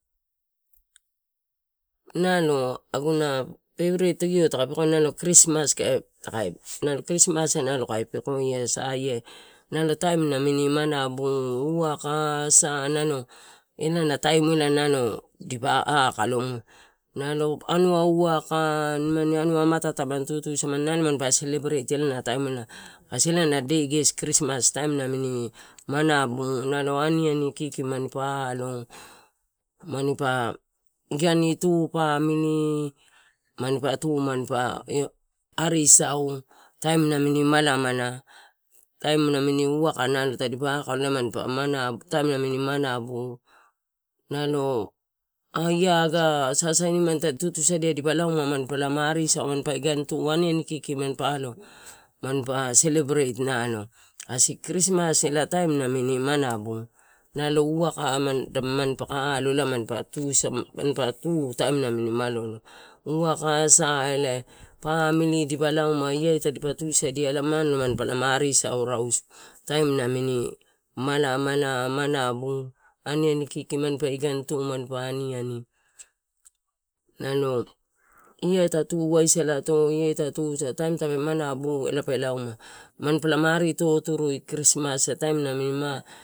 Nalo aguna peperet io taka pekoia ela krismas, are salai, nalo taim namini mana bu waka sa ela taim ela dipa aka lo lima no anua waka nimani anua anata nalo manpa selebret manpa ari sau, taim namini mala mala, taim namin ari sau nalo, aga iaga sasainima dipa lauma, manipalama ari sau, ani ani kiki manpa alo manpa selebrete nalo, kasi krismas na taim namini manabu, waka paka alo, elae manpa tu, taim namin malolo, waka, sa elae, pamili ela dipa lauma, la tadi tusadia ma, manpa lama ari sau arisau rausu, taim namin malamala, manaba, ani ani kiki manpa idain tu manpa idain ani ani, nalo iai ta, tuaisalato. Ia ta, tusalato, taim namini manabu ela pe lauma, manpa lama ari totorui krismasia taim nami ma.